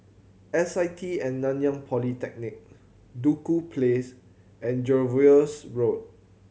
S I T At Nanyang Polytechnic Duku Place and Jervois Road